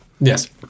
Yes